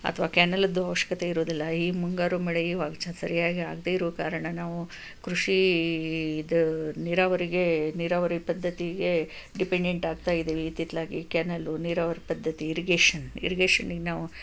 ಅಥವಾ ಕ್ಯಾನಲದ್ದು ಅವಶ್ಯಕತೆ ಇರೋದಿಲ್ಲ ಈ ಮುಂಗಾರು ಮಳೆ ಈವಾಗ ಚ ಸರಿಯಾಗಿ ಆಗದೆ ಇರೋ ಕಾರಣ ನಾವು ಕೃಷಿ ಇದು ನೀರಾವರಿಗೆ ನೀರಾವರಿ ಪದ್ದತಿಗೆ ಡಿಪೆಂಡೆಂಟ್ ಆಗ್ತಾ ಇದ್ದೀವಿ ಇತ್ತಿತ್ಲಾಗಿ ಈ ಕ್ಯಾನಲು ನೀರಾವರಿ ಪದ್ಧತಿ ಇರಿಗೇಷನ್ ಇರಿಗೇಷನ್ನಿಗೆ ನಾವು